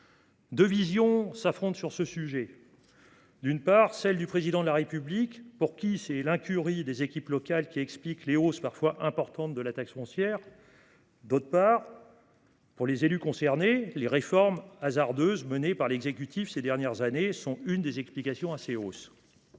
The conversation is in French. Deux visions s’affrontent sur le sujet. D’un côté, selon le Président de la République, c’est l’incurie des équipes locales qui explique les hausses parfois importantes de la taxe foncière. De l’autre, aux yeux des élus concernés, les réformes hasardeuses menées par l’exécutif ces dernières années sont une des explications à donner